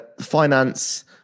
finance